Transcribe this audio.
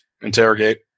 interrogate